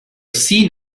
seen